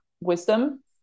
wisdom